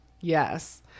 Yes